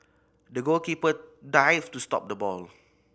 the goalkeeper dived to stop the ball